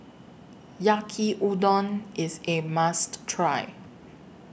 Yaki Udon IS A must Try